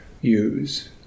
use